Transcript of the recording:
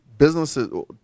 businesses